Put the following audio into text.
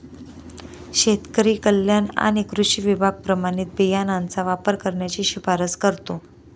शेतकरी कल्याण आणि कृषी विभाग प्रमाणित बियाणांचा वापर करण्याची शिफारस करतो